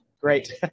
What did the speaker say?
Great